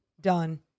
done